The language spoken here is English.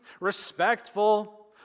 respectful